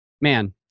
man